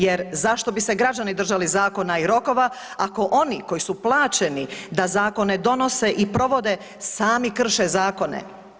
Jer zašto bi se građani držali zakona i rokova ako oni koji su plaćeni da zakone donose i provode sami krše zakone.